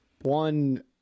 One